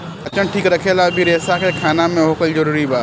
पाचन ठीक रखेला भी रेसा के खाना मे होखल जरूरी बा